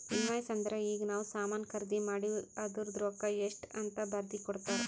invoice ಅಂದುರ್ ಈಗ ನಾವ್ ಸಾಮಾನ್ ಖರ್ದಿ ಮಾಡಿವ್ ಅದೂರ್ದು ರೊಕ್ಕಾ ಎಷ್ಟ ಅಂತ್ ಬರ್ದಿ ಕೊಡ್ತಾರ್